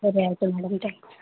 ಸರಿ ಆಯಿತು madam thanks